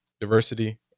Diversity